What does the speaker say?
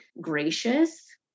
gracious